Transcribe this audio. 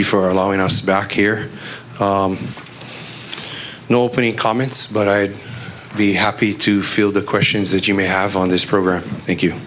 you for allowing us back here and opening comments but i'd be happy to field the questions that you may have on this program thank you